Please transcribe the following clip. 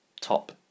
top